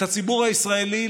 את הציבור הישראלי,